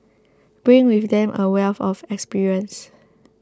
bring with them a wealth of experience